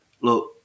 look